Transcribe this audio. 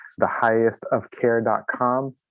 thehighestofcare.com